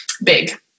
big